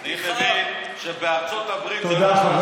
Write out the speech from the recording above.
את נשיא בית המשפט העליון ואת משנהו.